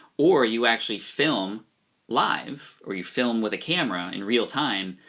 or you actually film live, or you film with a camera in realtime,